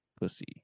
pussy